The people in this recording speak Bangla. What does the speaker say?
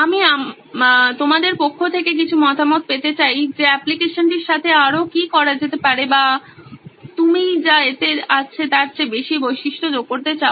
আমি আপনার পক্ষ থেকে কিছু মতামত পেতে চাই যে অ্যাপ্লিকেশনটির সাথে আরও কি করা যেতে পারে বা আপনি যা এতে আছে তার চেয়ে বেশি বৈশিষ্ট্য যোগ করতে চান